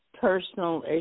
personal